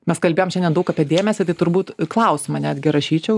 mes kalbėjom šiandien nedaug apie dėmesį tai turbūt klausimą netgi rašyčiau